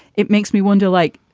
it makes me wonder, like,